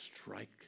strike